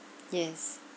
yes